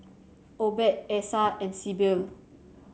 Obed Essa and Sibyl